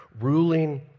ruling